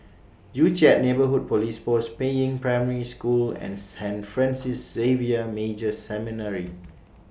Joo Chiat Neighbourhood Police Post Peiying Primary School and Saint Francis Xavier Major Seminary